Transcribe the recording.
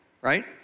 right